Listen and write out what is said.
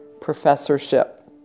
professorship